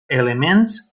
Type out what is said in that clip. elements